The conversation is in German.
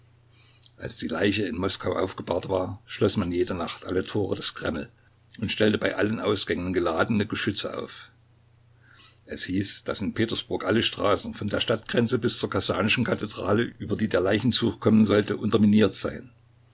als die leiche in moskau aufgebahrt war schloß man jede nacht alle tore des kreml und stellte bei allen ausgängen geladene geschütze auf es hieß daß in petersburg alle straßen von der stadtgrenze bis zur kasanschen kathedrale über die der leichenzug kommen sollte unterminiert seien